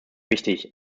wichtig